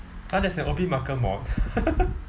!huh! there's an O_B marker mod